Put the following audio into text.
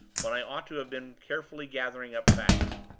when i ought to have been carefully gathering up facts.